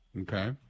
Okay